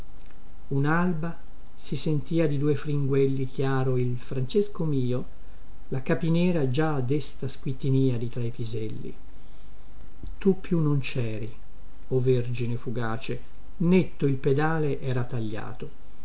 unalba si sentia di due fringuelli chiaro il francesco mio la capinera già desta squittinìa di tra i piselli tu più non ceri o vergine fugace netto il pedale era tagliato